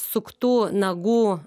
suktų nagų